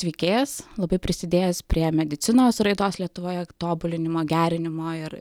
veikėjas labai prisidėjęs prie medicinos raidos lietuvoje tobulinimo gerinimo ir